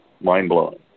mind-blowing